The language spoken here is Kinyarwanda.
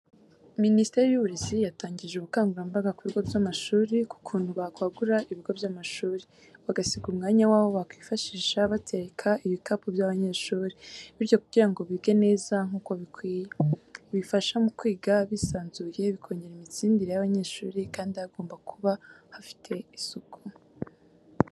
Minisiteri y'uburezi yatangije ubukangurambaga ku bigo by'amashuri ku kuntu bakwagura ibigo by'amashuri, bagasiga umwanya w'aho bakwifashisha batereka ibikapu by'abanyeshuri. Bityo kugira ngo bige neza nk'uko bikwiye. Bifasha mu kwiga bisanzuye bikongera iminsindire y'abanyeshuri kandi hagomba kuba hafite Isuku.